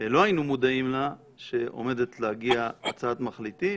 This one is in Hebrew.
לא היינו מודעים לה, שעומדת להגיע הצעת מחליטים,